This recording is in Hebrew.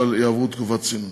אבל יעברו תקופת צינון.